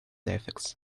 deficits